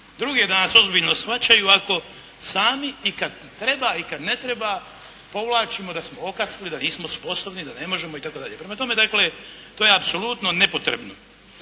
druge da nas ozbiljno shvaćaju ako sami i kad treba i kad ne treba povlačimo da smo okasnili, da nismo sposobni, da ne možemo itd. Prema tome, dakle to je apsolutno nepotrebno